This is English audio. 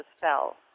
fell